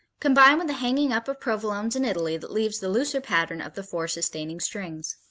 combined with the hanging up of provolones in italy that leaves the looser pattern of the four sustaining strings.